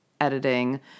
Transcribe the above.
editing